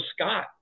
Scott